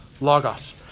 Logos